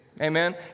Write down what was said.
Amen